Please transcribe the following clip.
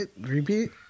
Repeat